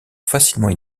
facilement